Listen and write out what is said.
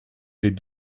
les